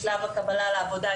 בשלב הקבלה לעבודה,